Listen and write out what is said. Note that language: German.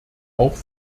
auch